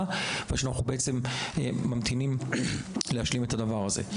ואנחנו ממתינים להשלים את הדבר הזה.